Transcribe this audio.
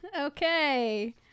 Okay